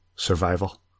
Survival